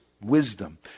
wisdom